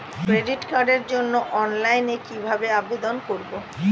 Credit কার্ডের জন্য অনলাইনে কিভাবে আবেদন করব?